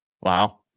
Wow